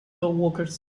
dogwalkers